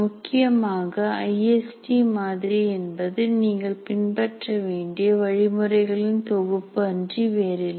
முக்கியமாக ஐஎஸ்டி மாதிரி என்பது நீங்கள் பின்பற்ற வேண்டிய வழிமுறைகளில் தொகுப்பு அன்றி வேறில்லை